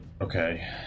okay